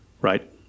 Right